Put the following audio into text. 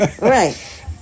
Right